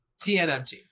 tnmt